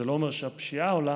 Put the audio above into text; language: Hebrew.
זה לא אומר שהפשיעה עולה,